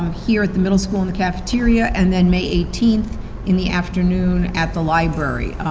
here at the middle school in the cafeteria, and then may eighteenth in the afternoon at the library.